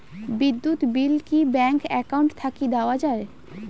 বিদ্যুৎ বিল কি bank account থাকি দেওয়া য়ায়?